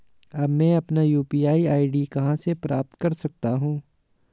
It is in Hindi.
अब मैं अपनी यू.पी.आई आई.डी कहां से प्राप्त कर सकता हूं?